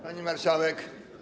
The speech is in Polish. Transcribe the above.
Pani Marszałek!